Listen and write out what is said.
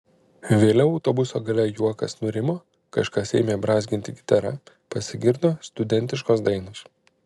vėliau autobuso gale juokas nurimo kažkas ėmė brązginti gitara pasigirdo studentiškos dainos